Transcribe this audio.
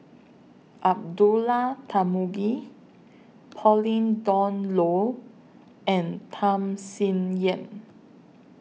Abdullah Tarmugi Pauline Dawn Loh and Tham Sien Yen